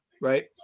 right